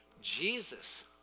Jesus